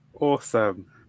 Awesome